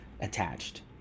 attached